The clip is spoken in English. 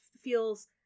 feels